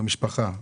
המשפחה,